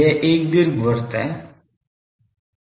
यह एक दीर्घवृत्त है